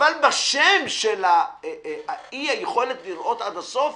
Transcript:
אבל בשם של האי היכולת לראות עד הסוף,